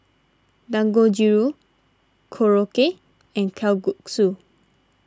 Dangojiru Korokke and Kalguksu